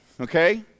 okay